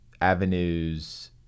avenues